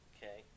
Okay